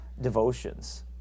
devotions